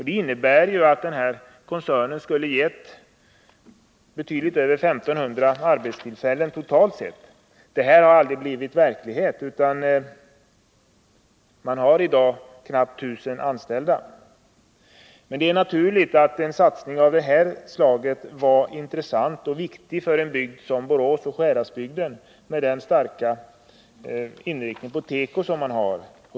Det innebar att denna koncern skulle ha givit betydligt över 1500 arbetstillfällen. Detta har dock aldrig blivit verklighet, utan företaget har i dag knappt 1000 anställda. En satsning av detta slag var naturligtvis intressant och viktig för en bygd som Borås och Sjuhäradsbygden med dess starka inriktning på teko.